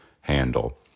handle